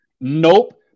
Nope